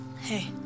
Hey